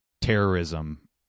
terrorism